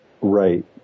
Right